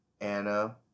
Anna